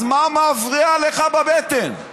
אז מה מפריע לך בבטן?